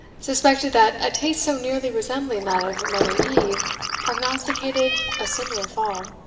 suspected that a taste so nearly resembling that of mother eve prognosticated a similar fall.